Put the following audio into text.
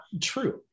true